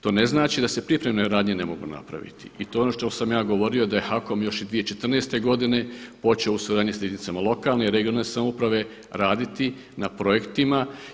To ne znači da se pripremne radnje ne mogu napraviti i to je ono što sam ja govorio da je HAKOM još i 2014. godine počeo u suradnji sa jedinicama lokalne i regionalne samouprave raditi na projektima.